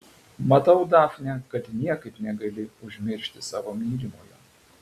matau dafne kad niekaip negali užmiršti savo mylimojo